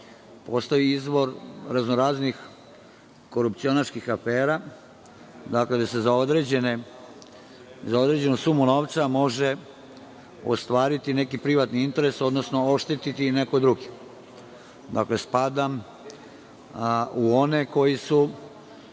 godina izvor raznoraznih korupcionaških afera, dakle, da se za određenu sumu novca može ostvariti neki privatni interes, odnosno oštetiti neko drugi. Dakle, spadam u one koji su